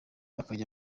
bajyana